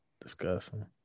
disgusting